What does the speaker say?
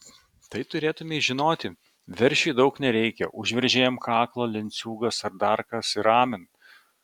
tai turėtumei žinoti veršiui daug nereikia užveržė jam kaklą lenciūgas ar dar kas ir amen